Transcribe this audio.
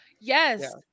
Yes